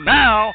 now